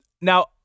Now